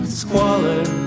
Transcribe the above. squalor